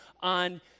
on